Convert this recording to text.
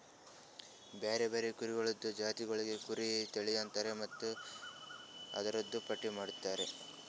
ಬ್ಯಾರೆ ಬ್ಯಾರೆ ಕುರಿಗೊಳ್ದು ಜಾತಿಗೊಳಿಗ್ ಕುರಿ ತಳಿ ಅಂತರ್ ಮತ್ತ್ ಅದೂರ್ದು ಪಟ್ಟಿ ಮಾಡ್ತಾರ